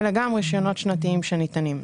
אלה גם רישיונות שנתיים שניתנים.